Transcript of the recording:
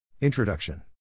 Introduction